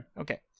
Okay